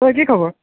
অই কি খবৰ